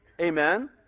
Amen